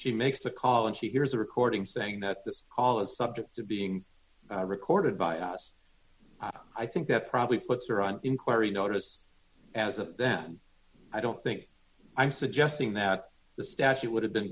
she makes the call and she hears a recording saying that the call is subject to being recorded by us i think that probably puts her on inquiry notice as of then i don't think i'm suggesting that the statute would have been